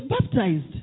baptized